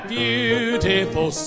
beautiful